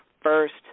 first